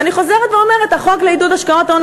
ואני חוזרת ואומרת: החוק לעידוד השקעות הון,